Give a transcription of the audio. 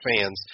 fans